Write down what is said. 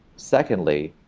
secondly,